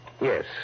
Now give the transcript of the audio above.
Yes